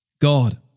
God